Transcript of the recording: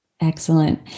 Excellent